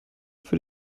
für